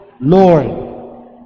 Lord